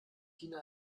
tina